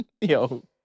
Yo